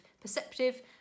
perceptive